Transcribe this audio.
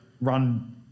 run